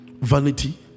vanity